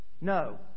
No